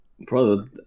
brother